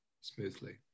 smoothly